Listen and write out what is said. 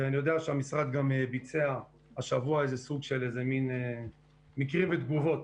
אני יודע שהמשרד ביצע השבוע סוג מקרים ותגובות